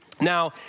Now